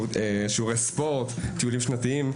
כמו שיעורי ספורט וטיולים שנתיים,